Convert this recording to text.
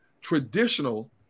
traditional